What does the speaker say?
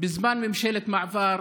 בזמן ממשלת מעבר.